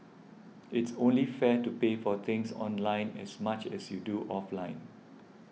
it's only fair to pay for things online as much as you do offline